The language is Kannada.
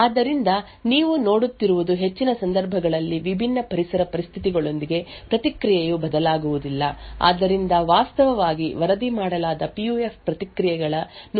ಆದ್ದರಿಂದ ನೀವು ನೋಡುತ್ತಿರುವುದು ಹೆಚ್ಚಿನ ಸಂದರ್ಭಗಳಲ್ಲಿ ವಿಭಿನ್ನ ಪರಿಸರ ಪರಿಸ್ಥಿತಿಗಳೊಂದಿಗೆ ಪ್ರತಿಕ್ರಿಯೆಯು ಬದಲಾಗುವುದಿಲ್ಲ ಆದ್ದರಿಂದ ವಾಸ್ತವವಾಗಿ ವರದಿ ಮಾಡಲಾದ ಪಿಯುಎಫ್ ಪ್ರತಿಕ್ರಿಯೆಗಳ 128 ಬಿಟ್ ಗಳಲ್ಲಿ ಸರಾಸರಿ 0